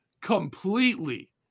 completely